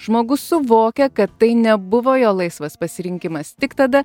žmogus suvokia kad tai nebuvo jo laisvas pasirinkimas tik tada